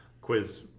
quiz